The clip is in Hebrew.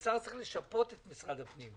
משרד האוצר צריך לשפות את משרד הפנים.